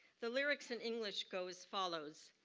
the lyrics in english go as follows.